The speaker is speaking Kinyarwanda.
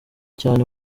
cyane